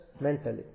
mentally